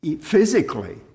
physically